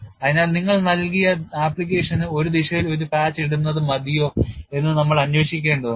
അതിനാൽ നിങ്ങൾ നൽകിയ അപ്ലിക്കേഷന് ഒരു ദിശയിൽ ഒരു പാച്ച് ഇടുന്നത് മതിയോ എന്ന് നമ്മൾ അന്വേഷിക്കേണ്ടതുണ്ട്